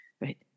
right